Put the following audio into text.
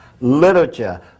literature